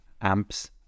amps